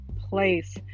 place